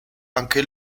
anche